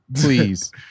please